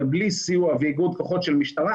אבל בלי סיוע ואיגוד כוחות של המשטרה,